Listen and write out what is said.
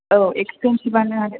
औ एक्सपेन्सिभानो आरो